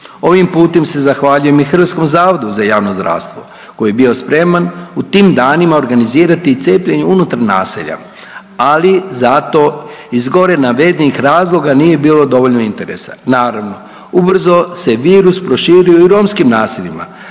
Ovim putem se zahvaljujem i HZJZ koji je bio spreman u tim danima organizirati i cepljenje unutar naselja, ali zato iz gore navedenih razloga nije bilo dovoljno interesa. Naravno, ubrzo se virus proširio i romskim naseljima,